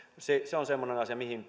se se on semmoinen asia mihin